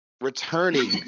Returning